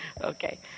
okay